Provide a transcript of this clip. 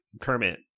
Kermit